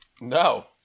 no